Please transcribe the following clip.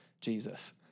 Jesus